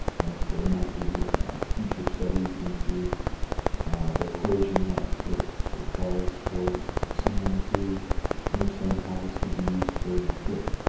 and if there might be future studies into the equation that it requires for someone to understand how this could be used for good.